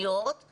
מה